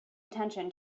attention